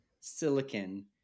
silicon